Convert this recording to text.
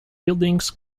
buildings